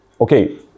okay